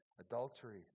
adultery